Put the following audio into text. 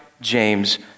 James